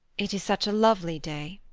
it is such a lovely day.